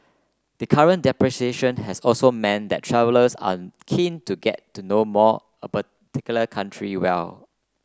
the current depreciation has also meant that travellers are keen to get to know more about particular country well